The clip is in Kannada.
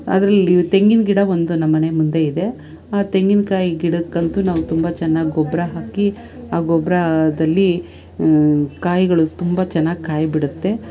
ಅದರಲ್ಲಿ ತೆಂಗಿನ ಗಿಡ ಒಂದು ನಮ್ಮ ಮನೆ ಮುಂದೆ ಇದೆ ಆ ತೆಂಗಿನ ಕಾಯಿ ಗಿಡಕ್ಕಂತೂ ನಾವು ತುಂಬ ಚೆನ್ನಾಗಿ ಗೊಬ್ರ ಹಾಕಿ ಆ ಗೊಬ್ರದಲ್ಲಿ ಕಾಯಿಗಳು ತುಂಬ ಚೆನ್ನಾಗಿ ಕಾಯಿ ಬಿಡುತ್ತೆ